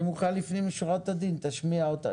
אני מוכן לפנים משורת הדין שתשמיע אותה.